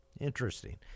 Interesting